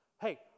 Hey